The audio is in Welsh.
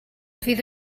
fydd